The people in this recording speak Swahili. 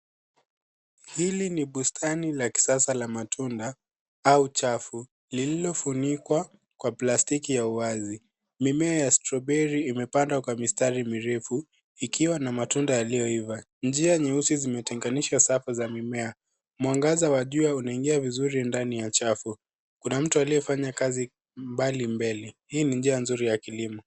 Hili ni bustani la kisasa la matunda au chafu liliofunikwa kwa plastiki ya wazi. Mimea ya strawberry imepandwa kwa mistari mirefu ikiwa na matunda yaliyoiva. Njia nyeusi zimetenganisha safu za mimea. Mwangaza wa jua unaingia vizuri ndani ya chafu. Kuna mtu aliyefanya kazi mbali mbele. Hii ni njia nzuri ya kilimo.